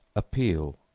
appeal,